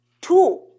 two